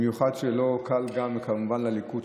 במיוחד שלא קל גם כמובן לליכוד,